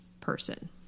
person